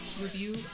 review